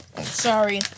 Sorry